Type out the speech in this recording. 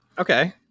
Okay